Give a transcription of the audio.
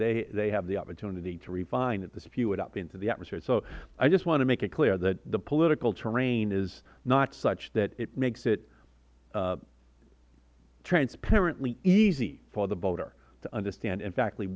which they have the opportunity to refine and to spew it out into the atmosphere so i just want to make it clear that the political terrain is not such that it makes it transparently easy for the voter to understand in fact w